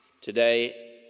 Today